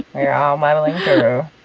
you're all my hero